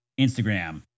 Instagram